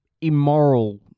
immoral